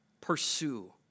pursue